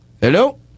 Hello